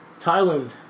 Thailand